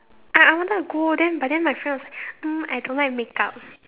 I I wanted to go then but then my friend was like uh I don't like make-up